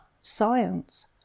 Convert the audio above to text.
science